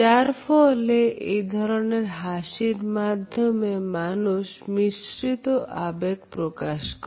যার ফলে এই ধরনের হাসির মাধ্যমে মানুষ মিশ্রিত আবেগ প্রকাশ করে